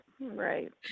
Right